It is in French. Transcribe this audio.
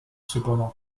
cependant